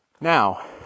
Now